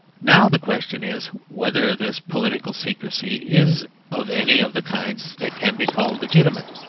now the question is whether this political secrecy is of any of the kinds that can be called legitimate.